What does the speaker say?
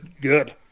good